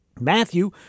Matthew